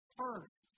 first